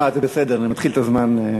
קח נשימה, זה בסדר, אני מתחיל את הזמן עכשיו.